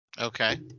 Okay